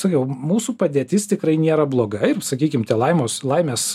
sakiau mūsų padėtis tikrai nėra blogai ir sakykim tie laimos laimės